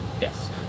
Yes